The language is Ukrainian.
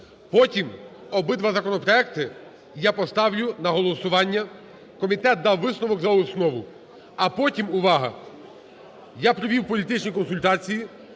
Потім обидва законопроекти я поставлю на голосування. Комітет дав висновок за основу. А потім… Увага! Я провів політичні консультації,